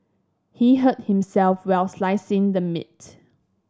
he hurt himself while slicing the meat